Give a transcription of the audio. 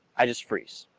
i just freeze.